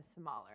smaller